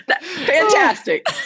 Fantastic